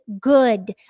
good